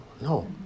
no